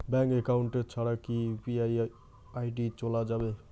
Bank account ছাড়া কি UPI ID চোলা যাবে?